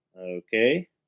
Okay